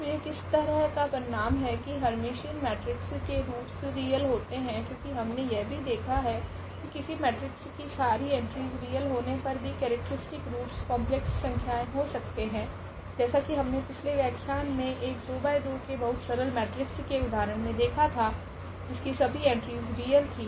तो यह किस तरह का परिणाम है की हेर्मिटीयन मेट्रिक्स के रूट्स रियल होते है क्योकि हमने यह भी देखा है की किसी मेट्रिक्स की सारी एंट्रीस रियल होने पर भी केरेक्ट्रीस्टिक रूट्स कॉम्प्लेक्स संख्याएँ हो सकते है जैसा की हमने पिछले व्याख्यान मे एक 2×2 के बहुत सरल मेट्रिक्स के उदाहरण मे देखा था जिसकी सभी एंट्रीस रियल थी